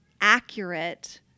accurate